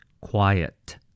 Quiet